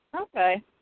Okay